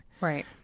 Right